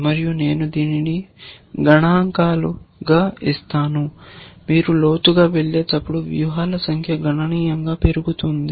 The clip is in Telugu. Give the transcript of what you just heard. మరియు నేను దీనిని గణాంకాలుగా ఇస్తాను మీరు లోతుగా వెళ్ళేటప్పుడు వ్యూహాల సంఖ్య గణనీయంగా పెరుగుతుంది